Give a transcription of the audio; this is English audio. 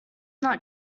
not